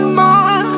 more